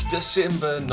December